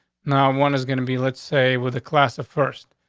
now one is going to be, let's say, with a class of first,